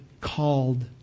called